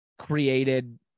created